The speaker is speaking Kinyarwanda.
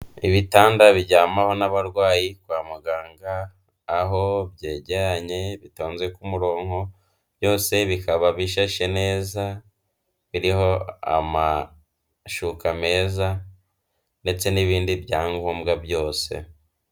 Ibitanda bijyamwaho n'abarwayi kwa muganga aho byegeranye, bitonze ku muronko, byose bikaba bishashe neza, biriho amashuka meza ndetse n'ibindi byangombwa byose.